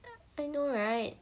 I know [right]